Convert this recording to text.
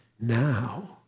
now